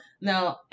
now